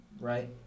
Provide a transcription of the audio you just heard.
right